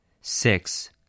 six